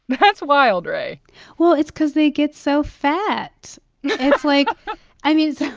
but that's wild, rae well, it's cause they get so fat it's like i mean